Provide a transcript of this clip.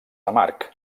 amarg